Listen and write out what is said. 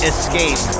Escape